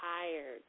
tired